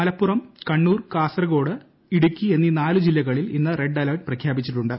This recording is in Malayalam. മലപ്പുറം കണ്ണൂർ കാസർഗോഡ് ഇടുക്കി എന്നീ നാല് ജില്ലകളിൽ ഇന്ന് റെഡ് അലർട്ട് പ്രഖ്യാപിച്ചിട്ടുണ്ട്